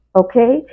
okay